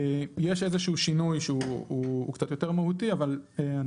יש איזשהו שינוי שהוא קצת יותר מהותי אבל אני